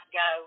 go